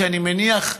שאני מניח,